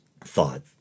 thought